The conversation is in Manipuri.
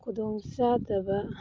ꯈꯨꯗꯣꯡ ꯆꯥꯗꯕ